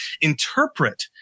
interpret